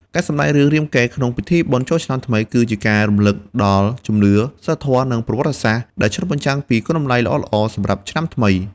ការសម្តែងរឿងរាមកេរ្តិ៍ក្នុងពិធីបុណ្យចូលឆ្នាំថ្មី គឺជាការរំលឹកដល់ជំនឿ សីលធម៌ និងប្រវត្តិសាស្ត្រ ដែលឆ្លុះបញ្ចាំងពីគុណតម្លៃល្អៗសម្រាប់ឆ្នាំថ្មី។